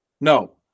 No